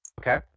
Okay